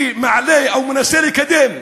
מעלה או מנסה לקדם,